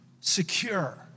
secure